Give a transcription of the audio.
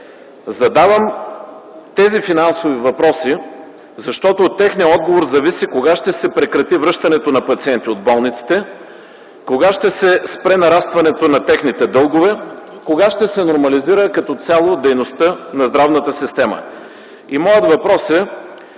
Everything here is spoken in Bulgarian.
Задавам тези финансови въпроси, защото от техния отговор зависи кога ще се прекрати връщането на пациенти от болниците, кога ще спре нарастването на техните дългове, кога ще се нормализира като цяло дейността на здравната система. Моят въпрос е: